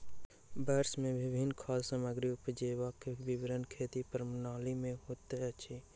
वर्ष मे विभिन्न खाद्य सामग्री उपजेबाक विवरण खेती प्रणाली में होइत अछि